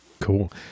cool